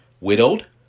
Widowed